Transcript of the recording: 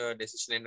decision